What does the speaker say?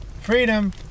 Freedom